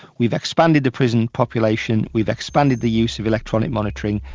we've expanded the prison population, we've expanded the use of electronic monitoring,